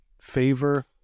favor